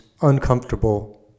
uncomfortable